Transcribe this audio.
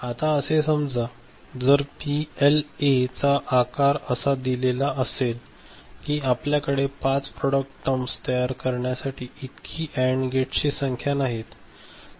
आता असे समजा की जर पीएलए चा आकार असा दिलेला असेल की आपल्याकडे पाच प्रॉडक्ट टर्म्स तयार करण्यासाठी इतकी अँड गेटची संख्या नाहीत